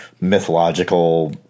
mythological